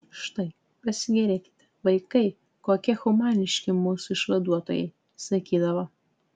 štai pasigėrėkite vaikai kokie humaniški mūsų išvaduotojai sakydavo